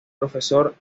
profesor